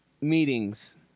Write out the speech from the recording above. meetings